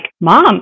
Mom